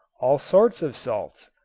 all sorts of salts,